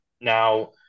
Now